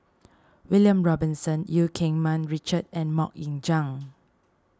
William Robinson Eu Keng Mun Richard and Mok Ying Jang